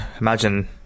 imagine